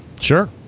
Sure